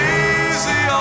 easy